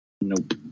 Nope